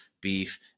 beef